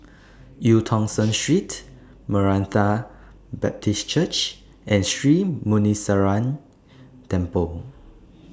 EU Tong Sen Street Maranatha Baptist Church and Sri Muneeswaran Temple